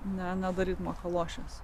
na nedaryt makalošės